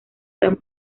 dan